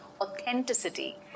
authenticity